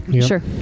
Sure